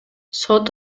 сот